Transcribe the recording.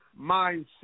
mindset